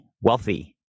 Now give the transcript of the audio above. Wealthy